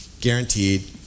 guaranteed